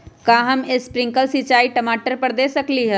का हम स्प्रिंकल सिंचाई टमाटर पर दे सकली ह?